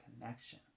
connection